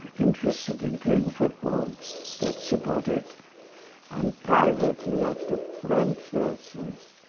interested in playing football that's about it and privately i took french lessons